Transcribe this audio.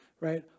right